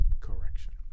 Correction